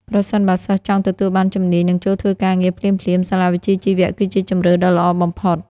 ប្រសិនបើសិស្សចង់ទទួលបានជំនាញនិងចូលធ្វើការងារភ្លាមៗ សាលាវិជ្ជាជីវៈគឺជាជម្រើសដ៏ល្អបំផុត។